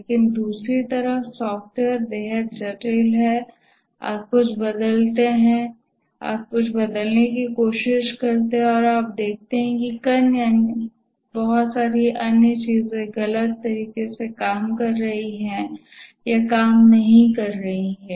लेकिन दूसरी तरफ और सॉफ्टवेयर बेहद जटिल है आप कुछ बदलते हैं आप कुछ बदलने की कोशिश करते हैं और आप देखते हैं कि कई अन्य चीजें गलत तरीके से काम कर रही हैं या काम नहीं कर रही हैं